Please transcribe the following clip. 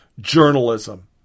journalism